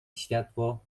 światło